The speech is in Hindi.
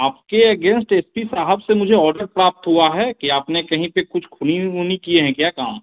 आपके एगेन्स्ट एस पी साहब से मुझे ऑर्डर प्राप्त हुआ है कि आपने कहीं पर कुछ खूनी उनी किए हैं क्या काम